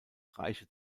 reiche